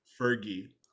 Fergie